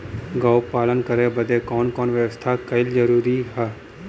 गोपालन करे बदे कवन कवन व्यवस्था कइल जरूरी ह?